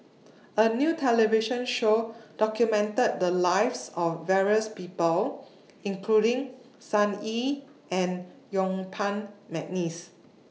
A New television Show documented The Lives of various People including Sun Yee and Yuen Peng Mcneice